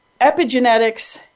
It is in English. epigenetics